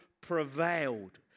prevailed